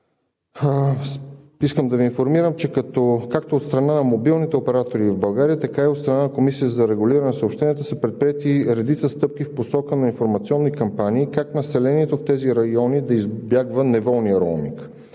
искам да Ви информирам, че както от страна на мобилните оператори в България, така и от страна на Комисията за регулиране на съобщенията са предприети редица стъпки в посока на информационни кампании как населението в тези райони да избягва неволния роуминг.